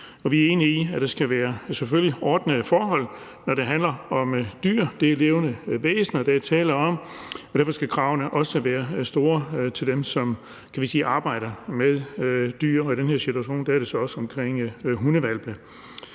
vi er enige i, at der selvfølgelig skal være ordnede forhold, når det handler om dyr. Det er levende væsener, der er tale om, og derfor skal kravene også være store til dem, som arbejder med dyr, og i den her situation er det så også i forhold til hundehvalpe,